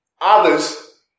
Others